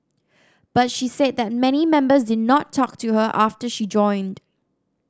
but she said that many members did not talk to her after she joined